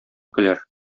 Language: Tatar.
көләр